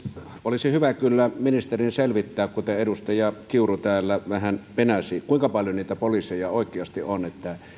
olisi hyvä kyllä ministerin selvittää kuten edustaja kiuru täällä vähän penäsi kuinka paljon niitä poliiseja oikeasti on